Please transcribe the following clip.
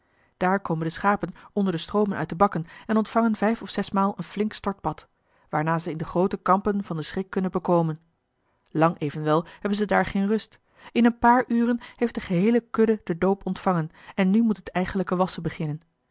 daar komen de schapen onder de stroomen uit de bakken en ontvangen vijf of zesmaal een flink stortbad waarna ze in de groote kampen van den schrik kunnen bekomen lang evenwel hebben ze daar geen rust in een paar uren heeft de geheele kudde den doop ontvangen en nu moet het eigenlijke wasschen beginnen